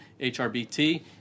HRBT